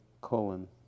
colon